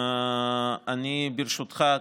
ברשותך,